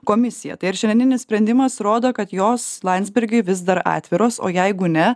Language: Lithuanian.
komisiją tai ar šiandieninis sprendimas rodo kad jos landsbergiui vis dar atviros o jeigu ne